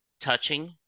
touching